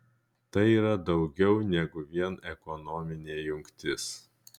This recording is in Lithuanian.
tai yra daugiau negu vien ekonominė jungtis